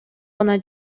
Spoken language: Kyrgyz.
гана